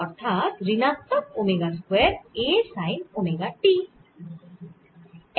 অর্থাৎ ঋণাত্মক omega square a sine omega t